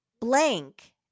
Blank